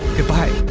goodbye,